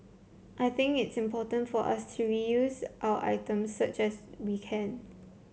I think it's important for us to reuse our items such as we can